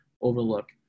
overlook